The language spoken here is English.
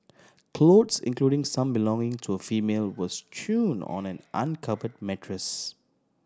clothes including some belonging to a female were strewn on an uncovered mattress